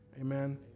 Amen